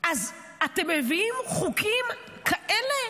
אתם מביאים חוקים כאלה?